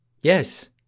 Yes